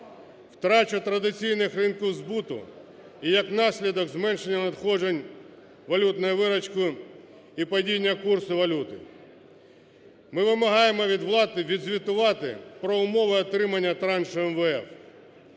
втрата традиційних ринків збуту і, як наслідок, зменшення надходжень валютної виручки і падіння курсу валюти. Ми вимагаємо від влади відзвітувати про умови отримання траншу МВФ.